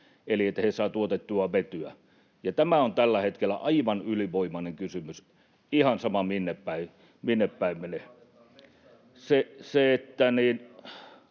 — jotta he saavat tuotettua vetyä. Tämä on tällä hetkellä aivan ylivoimainen kysymys, ihan sama minnepäin menee.